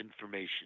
information